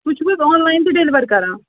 تُہۍ چھُو حظ آن لایِن تہِ ڈیلوَر کران